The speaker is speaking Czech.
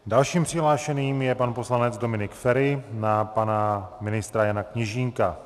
Dalším přihlášeným je pan poslanec Dominik Feri na pana ministra Jana Kněžínka.